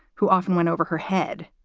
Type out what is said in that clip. who often went over her head.